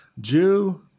Jew